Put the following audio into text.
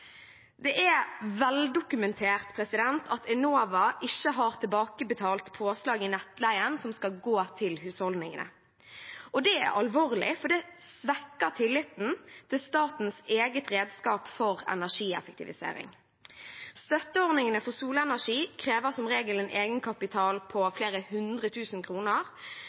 Det er veldokumentert at Enova ikke har tilbakebetalt påslag i nettleien som skal gå til husholdningene. Det er alvorlig fordi det svekker tilliten til statens eget redskap for energieffektivisering. Støtteordningene for solenergi krever som regel en egenkapital på flere hundre tusen kroner,